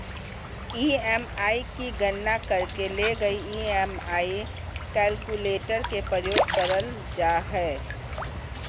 EMI के गणना करे ले ई.एम.आई कैलकुलेटर के प्रयोग करल जा हय